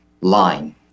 line